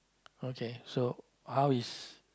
okay so how is